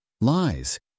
Lies